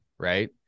Right